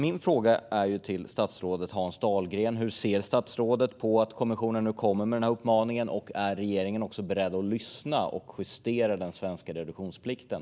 Min fråga till statsrådet Hans Dahlgren är: Hur ser statsrådet på att kommissionen nu kommer med denna uppmaning, och är regeringen också beredd att lyssna och justera den svenska reduktionsplikten?